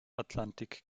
atlantik